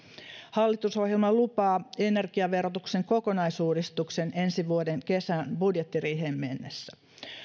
hallitusohjelma lupaa energiaverotuksen kokonaisuudistuksen ensi vuoden kesän budjettiriiheen mennessä